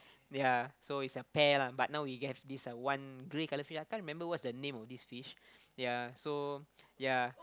ya so it's a pair lah but now we have this a one grey color fish I can't remember what's the name of this fish ya so ya